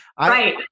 right